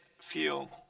feel